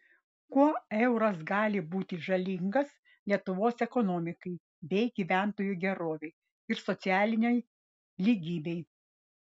kuo euras gali būti žalingas lietuvos ekonomikai bei gyventojų gerovei ir socialinei lygybei